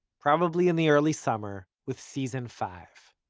probably in the early summer, with season five.